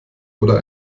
oder